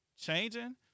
changing